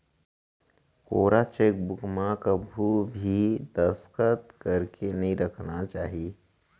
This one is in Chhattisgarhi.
कोरा चेकबूक म कभू भी दस्खत करके नइ राखना चाही